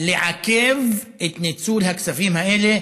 לעכב את ניצול הכספים האלה.